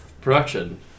production